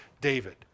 David